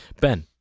Ben